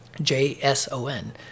J-S-O-N